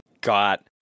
got